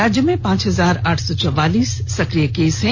राज्य में पांच हजार आठ सौ चौवालीस सक्रिय केस है